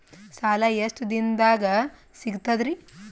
ಸಾಲಾ ಎಷ್ಟ ದಿಂನದಾಗ ಸಿಗ್ತದ್ರಿ?